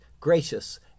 gracious